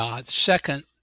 Second